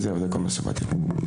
זהו, זה כל מה שבאתי להגיד.